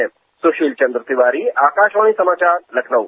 सुशील चन्द्र तिवारी आकाशवाणी समाचार लखनऊ